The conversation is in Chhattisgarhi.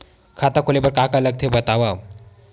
खाता खोले बार का का लगथे बतावव?